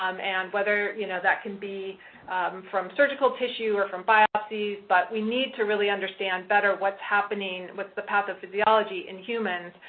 um and whether, you know, that can be from surgical tissue or from biopsies, but we need to really understand better what's happening with the patho-physiology in humans.